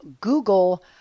Google